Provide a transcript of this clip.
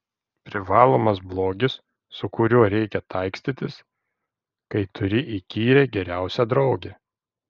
privalomas blogis su kuriuo reikia taikstytis kai turi įkyrią geriausią draugę